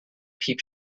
peep